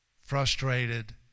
frustrated